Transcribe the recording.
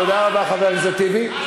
תודה רבה, חבר הכנסת טיבי.